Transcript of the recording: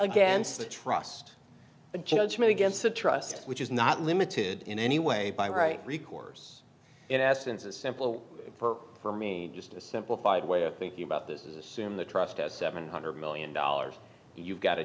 against the trust a judgment against a trust which is not limited in any way by right recourse in essence a simple perk for me just a simplified way of thinking about this is assume the trust has seven hundred million dollars you've got a